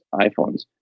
iPhones